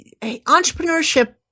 entrepreneurship